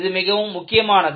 இது மிக முக்கியமானது